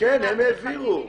כן הם העבירו.